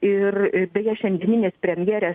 ir beje šiandieninis premjerės